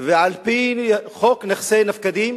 ועל-פי חוק נכסי נפקדים,